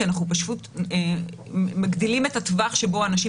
כי אנחנו מגדילים את הטווח שבו אנשים